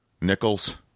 nickels